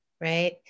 right